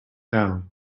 down